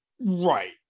Right